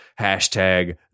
Hashtag